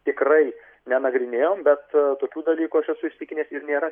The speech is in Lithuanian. tikrai nenagrinėjom bet tokių dalykų aš esu įsitikinęs ir nėra